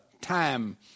time